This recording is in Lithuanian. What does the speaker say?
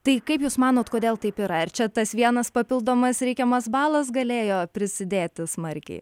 tai kaip jūs manot kodėl taip yra ar čia tas vienas papildomas reikiamas balas galėjo prisidėti smarkiai